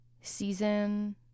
season